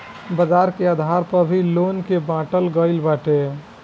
बाजार के आधार पअ भी लोन के बाटल गईल बाटे